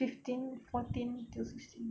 fifteen fourteen till sixteen